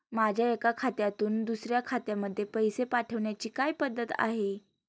माझ्या एका खात्यातून दुसऱ्या खात्यामध्ये पैसे पाठवण्याची काय पद्धत आहे?